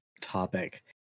topic